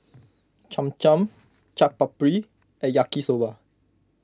Cham Cham Chaat Papri and Yaki Soba